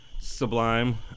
Sublime